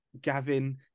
Gavin